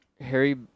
Harry